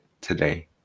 today